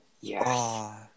Yes